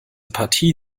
partie